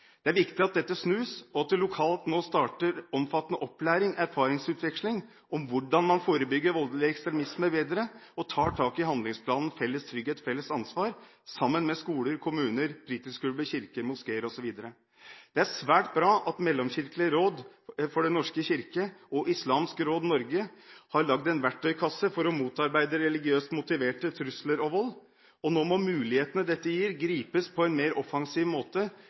Det er viktig at dette snus, og at det lokalt nå starter omfattende opplæring og erfaringsutveksling om hvordan man forebygger voldelig ekstremisme bedre, og tar tak i handlingsplanen Felles trygghet – felles ansvar sammen med skoler, kommuner, fritidsklubber, kirker, moskeer osv. Det er svært bra at Mellomkirkelig råd for Den norske kirke og Islamsk Råd Norge har laget en verktøykasse for å motarbeide religiøst motiverte trusler og vold, og nå må mulighetene dette gir, gripes på en mer offensiv måte